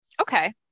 okay